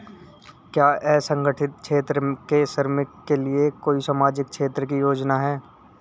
क्या असंगठित क्षेत्र के श्रमिकों के लिए कोई सामाजिक क्षेत्र की योजना है?